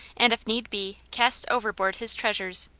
and, if need be, casts overboard his treasures.